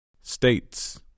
States